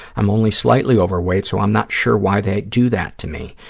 i'm only slightly overweight so i'm not sure why they do that to me.